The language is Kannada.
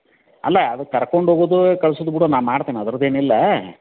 ಅಲ್ಲ ಅದು ಕರ್ಕೊಂಡು ಹೋಗೋದು ಕಳ್ಸೋದ್ ಬಿಡೋದ್ ನಾನು ಮಾಡ್ತೇನೆ ಅದ್ರದ್ದು ಏನಿಲ್ಲ